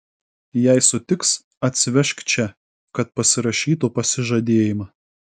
jei sutiks atsivežk čia kad pasirašytų pasižadėjimą